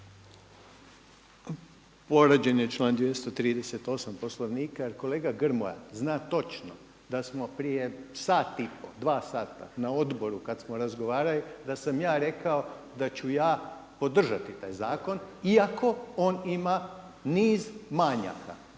Povrijeđen je članak 238. Poslovnika jer kolega Grmoja zna točno da smo prije sat i pol, 2 sata na odboru kada smo razgovarali da sam ja rekao da ću ja podržati taj zakon iako on ima niz manjaka.